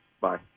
bye